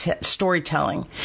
storytelling